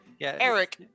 Eric